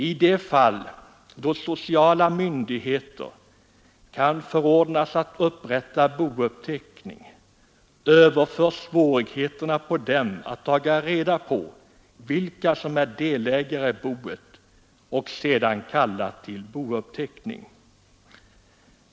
I de fall då sociala myndigheter kan förordnas att upprätta bouppteckning, överförs svårigheterna på dem att taga reda på vilka som är delägare i boet och sedan kalla till bouppteckning.